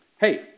Hey